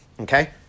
Okay